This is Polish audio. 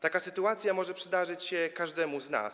Taka sytuacja może przydarzyć się każdemu z nas.